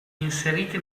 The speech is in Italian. inseriti